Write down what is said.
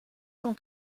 cent